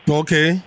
okay